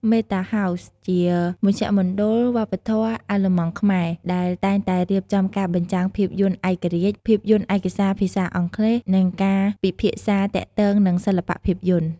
មេតា ហោស៍ (Meta House) ជាមជ្ឈមណ្ឌលវប្បធម៌អាល្លឺម៉ង់-ខ្មែរ ដែលតែងតែរៀបចំការបញ្ចាំងភាពយន្តឯករាជ្យ ភាពយន្តឯកសារភាសាអង់គ្លេស និងការពិភាក្សាទាក់ទងនឹងសិល្បៈភាពយន្ត។